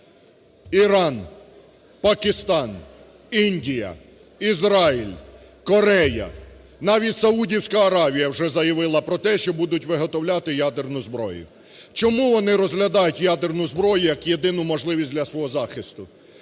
Іран, Пакистан, Індія, Ізраїль, Корея, навіть Саудівська Аравія вже заявила про те, що будуть виготовляти ядерну зброю. Чому вони розглядають ядерну зброю, як єдину можливість для свого захисту?